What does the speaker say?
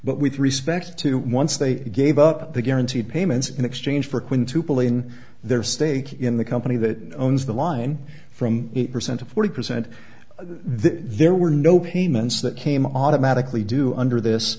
but with respect to once they gave up the guaranteed payments in exchange for quintuple in their stake in the company that owns the line from eight percent to forty percent there were no payments that came automatically do under this